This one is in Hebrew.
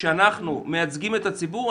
אנחנו מייצגים את הציבור,